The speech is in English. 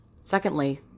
Secondly